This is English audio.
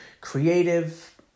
creative